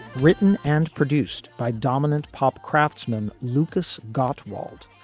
written and produced by dominant pop craftsmen lucas gottwald,